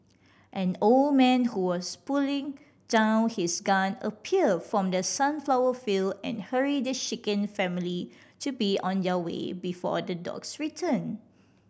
an old man who was putting down his gun appeared from the sunflower field and hurried the shaken family to be on their way before the dogs return